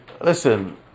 listen